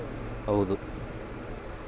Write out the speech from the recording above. ಡೇಟಾದ ಪ್ರಕಾರಗಳು ಮಾರಾಟಗಾರರ್ಲಾಸಿ ಬದಲಾಗ್ತವ